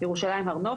ירושלים הר נוסף,